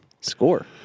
Score